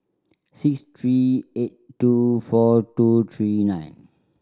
six three eight two four two three nine